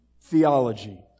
theology